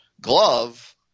glove